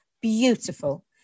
beautiful